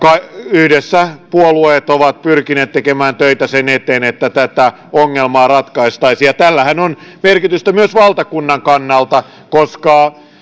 yhdessä puolueet ovat pyrkineet tekemään töitä sen eteen että tätä ongelmaa ratkaistaisiin ja tällähän on merkitystä myös valtakunnan kannalta koska